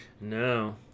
No